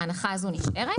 ההנחה הזאת נשארת.